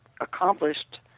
accomplished